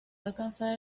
alcanzar